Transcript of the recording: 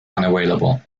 unavailable